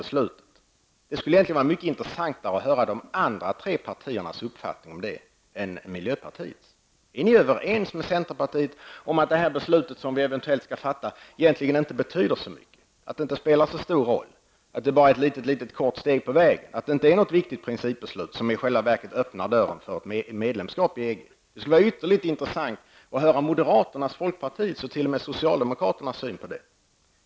Det skulle egentligen vara intressantare att höra de andra tre partiernas uppfattning än miljöpartiets. Är ni överens med centerpartiet att det beslut som vi eventuellt skall fatta egentligen inte betyder så mycket, att det inte spelar så stor roll, att det bara är ett litet, litet steg på vägen, att det inte är något viktigt principbeslut som i själva verket öppnar dörren för medlemskap i EG? Det skulle vara ytterligt intressant att höra moderaternas, folkpartiets och t.o.m. socialdemokraternas syn på det.